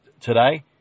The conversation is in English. today